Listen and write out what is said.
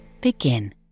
Begin